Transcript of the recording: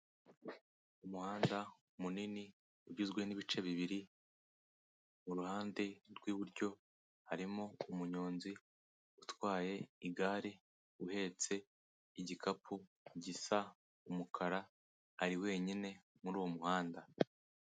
Umuhanda munini ugizwe n'ibice bibiri, mu ruhande rw'iburyo harimo umunyonzi utwaye igare, uhetse igikapu gisa umukara, ari wenyine muri uwo muhanda.